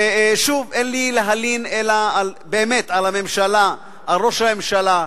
ושוב, אין לי להלין אלא על הממשלה, על ראש הממשלה,